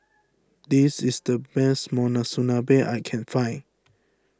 this is the best Monsunabe I can find